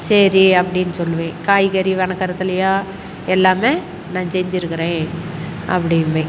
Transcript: சரி அப்படின்னு சொல்லுவேன் காய்கறி வனக்கறதுலேயா எல்லாமே நான் செஞ்சுருக்குறேன் அப்படிம்பேன்